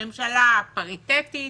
ממשלה פריטטית,